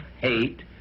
hate